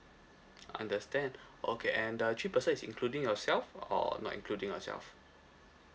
understand okay and the three person is including yourself or or not including yourself